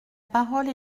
parole